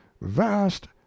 vast